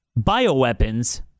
bioweapons